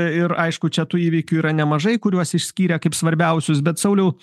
ir aišku čia tų įvykių yra nemažai kuriuos išskyrė kaip svarbiausius bet sauliau